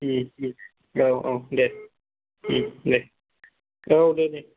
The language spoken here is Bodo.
औ औ दे ओम दे औ दे दे